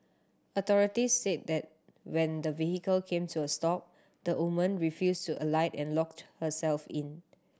authorities said that when the vehicle came to a stop the woman refused to alight and locked herself in